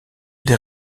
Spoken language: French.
les